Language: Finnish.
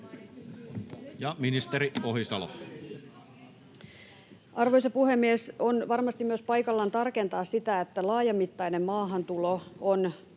Content: Arvoisa puhemies! On varmasti myös paikallaan tarkentaa sitä, että laajamittainen maahantulo on